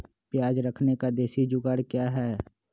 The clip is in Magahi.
प्याज रखने का देसी जुगाड़ क्या है?